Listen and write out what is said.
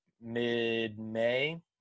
mid-May